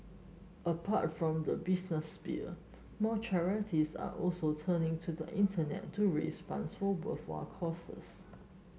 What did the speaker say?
apart from the business sphere more charities are also turning to the Internet to raise funds for worthwhile causes